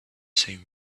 same